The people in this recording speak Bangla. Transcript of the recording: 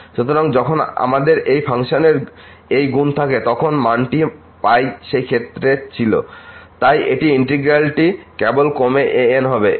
সুতরাং যখন আমাদের একই ফাংশনের এই গুণ থাকে তখন মানটি সেই ক্ষেত্রে ছিল তাই এই ইন্টিগ্র্যালটি কেবল কমে an হবে এবং